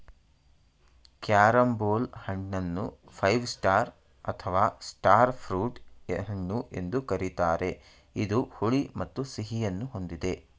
carambola ಹಣ್ಣನ್ನು five star ಅಥವಾ star fruit ಹಣ್ಣು ಎಂದು ಕರಿತಾರೆ ಇದು ಹುಳಿ ಮತ್ತು ಸಿಹಿಯನ್ನು ಹೊಂದಿದೆ